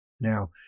now